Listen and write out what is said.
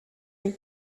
were